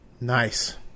nice